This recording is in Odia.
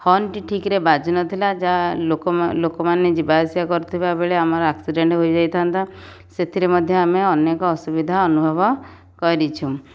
ହର୍ନ ଟି ଠିକ୍ ରେ ବାଜୁନଥିଲା ଯା ଲୋକମା ଲୋକମାନେ ଯିବା ଆସିବା କରୁଥିବା ବେଳେ ଆମର ଆକ୍ସିଡ଼େଣ୍ଟ ହୋଇଯାଇଥାନ୍ତା ସେଥିରେ ମଧ୍ୟ ଆମେ ଅନେକ ଅସୁବିଧା ଅନୁଭବ କରିଛୁ